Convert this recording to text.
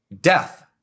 death